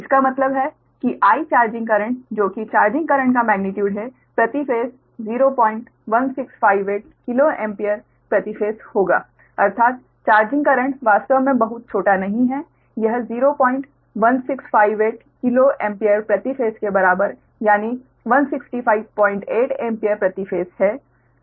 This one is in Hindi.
इसका मतलब है कि I चार्जिंग करंट जो कि चार्जिंग करंट का मेग्नीट्यूड है प्रति फेस 01658 किलो एम्पीयर प्रति फेस होगा अर्थात चार्जिंग करंट वास्तव मे बहुत छोटा नहीं है यह 01658 किलो एम्पीयर प्रति फेस के बराबर यानी 1658 एम्पीयर प्रति फेस है